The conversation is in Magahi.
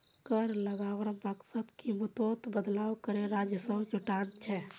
कर लगवार मकसद कीमतोत बदलाव करे राजस्व जुटाना छे